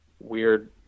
weird